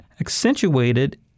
accentuated